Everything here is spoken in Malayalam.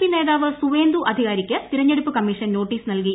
പി നേതാവ് സുവേന്ദു അധികാരിക്ക് തെരഞ്ഞെടുപ്പ് കമ്മീഷൻ നോട്ടീസ് നൽകി